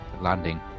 landing